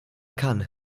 kann